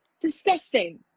disgusting